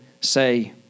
say